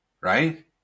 right